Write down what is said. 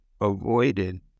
avoided